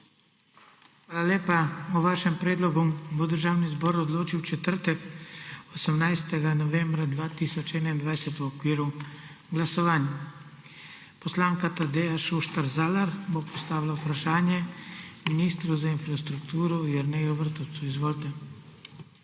Hvala lepa. O vašem predlogu bo Državni zbor odločil v četrtek, 18. novembra 2021, v okviru glasovanj. Poslanka Tadeja Šuštar Zalar bo postavila vprašanje ministru za infrastrukturo Jerneju Vrtovcu. Izvolite.